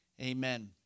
Amen